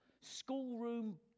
schoolroom